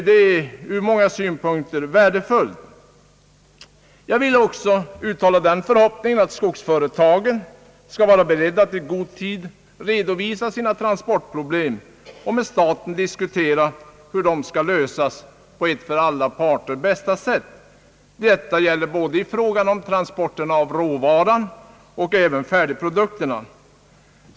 Detta är ur många synpunkter värdefullt. Jag vill också uttala förhoppningen att skogsföretagen skall vara beredda att i god tid redovisa sina transportproblem och med staten diskutera hur dessa skall lösas på det för alla parter bästa sättet; detta gäller både transporten av råvaran och transporten av färdigprodukterna.